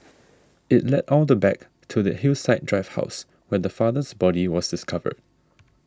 it led all the back to the Hillside Drive house where the father's body was discovered